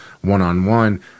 one-on-one